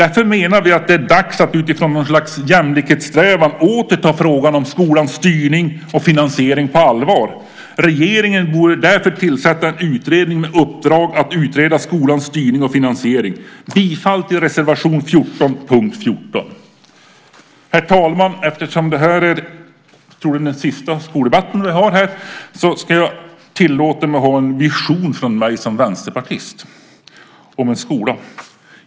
Därför menar vi att det är dags att utifrån något slags jämlikhetssträvan åter ta frågan om skolans styrning och finansiering på allvar. Regeringen borde därför tillsätta en utredning med uppdrag att utreda skolans styrning och finansiering. Jag yrkar bifall till reservation 14, punkt 14. Herr talman! Eftersom det här troligen är den sista skoldebatt som vi har ska jag tillåta mig att komma med en vision från mig som vänsterpartist om skolan.